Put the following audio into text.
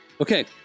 Okay